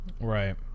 right